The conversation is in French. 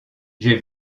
j’ai